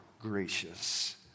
gracious